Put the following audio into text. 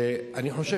שאני חושב,